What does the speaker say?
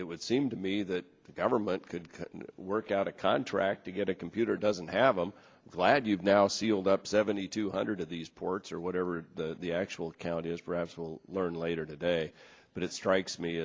it would seem to me that the government could work out a contract to get a computer doesn't have i'm glad you've now sealed up seventy two hundred of these ports or whatever the actual count is perhaps we'll learn later today but it strikes me